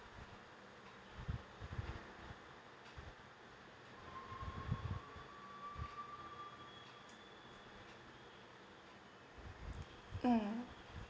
mm